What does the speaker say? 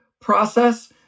process